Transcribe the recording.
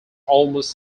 almost